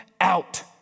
out